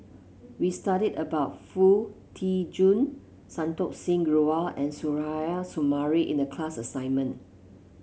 we studied about Foo Tee Jun Santokh Singh Grewal and Suzairhe Sumari in the class assignment